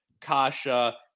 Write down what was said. Kasha